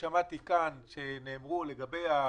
הגשנו תצהיר שלא נעשית פעולה בלתי חוקית.